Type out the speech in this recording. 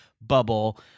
Bubble